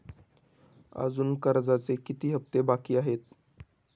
अजुन कर्जाचे किती हप्ते बाकी आहेत?